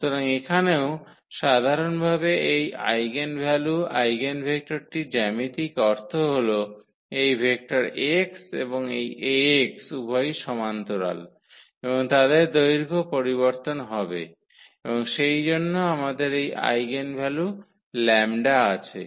সুতরাং এখানেও সাধারণভাবে এই আইগেনভ্যালু আইগেনেভেক্টরটির জ্যামিতিক অর্থ হল এই ভেক্টর x এবং এই 𝐴𝑥 উভয়ই সমান্তরাল এবং তাদের দৈর্ঘ্য পরিবর্তন হবে এবং সেইজন্য আমাদের এই আইগেনভ্যালু 𝜆 আছে